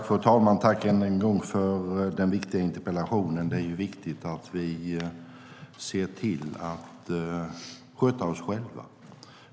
Fru talman! Jag tackar än en gång för den viktiga interpellationen. Det är viktigt att vi ser till att sköta oss själva.